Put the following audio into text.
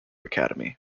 academy